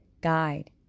guide